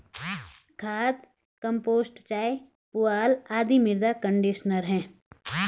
खाद, कंपोस्ट चाय, पुआल आदि मृदा कंडीशनर है